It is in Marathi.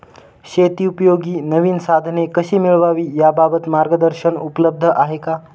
शेतीउपयोगी नवीन साधने कशी मिळवावी याबाबत मार्गदर्शन उपलब्ध आहे का?